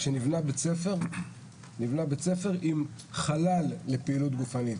כשנבנה בית ספר הוא נבנה עם חלל לפעילות גופנית.